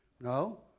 No